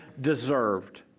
deserved